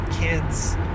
kids